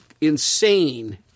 insane